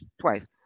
Twice